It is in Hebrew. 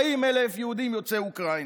40,000 יהודים יוצאי אוקראינה.